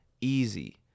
easy